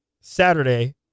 Saturday